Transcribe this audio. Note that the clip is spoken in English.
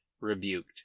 rebuked